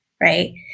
right